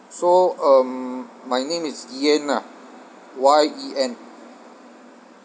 so um my name is yen ah Y E N